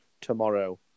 tomorrow